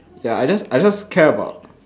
ya I just I just care about